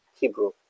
Hebrew